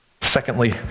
Secondly